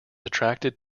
attracted